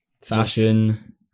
fashion